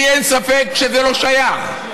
לי אין ספק שזה לא שייך,